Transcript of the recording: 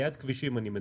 ליד כבישים, אני מדבר.